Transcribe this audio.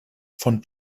von